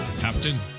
Captain